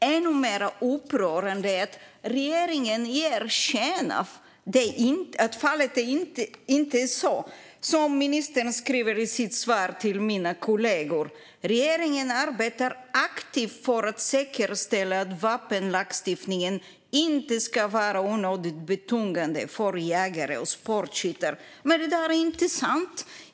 Ännu mer upprörande är att regeringen ger sken av att så inte är fallet. Ministern skriver i sitt svar till mina kollegor: "Regeringen arbetar aktivt för att säkerställa att vapenlagstiftningen inte ska vara onödigt betungande för jägare och sportskyttar." Det där är inte sant.